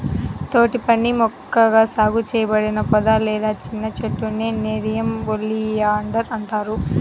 తోటపని మొక్కగా సాగు చేయబడిన పొద లేదా చిన్న చెట్టునే నెరియం ఒలియాండర్ అంటారు